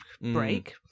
break